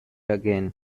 again